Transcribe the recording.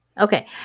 okay